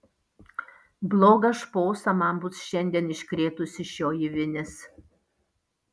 blogą šposą man bus šiandien iškrėtusi šioji vinis